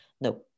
No